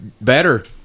better